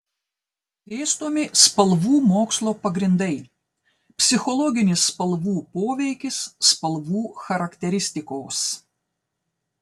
dėstomi spalvų mokslo pagrindai psichologinis spalvų poveikis spalvų charakteristikos